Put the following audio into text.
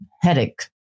headache